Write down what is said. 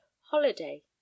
holiday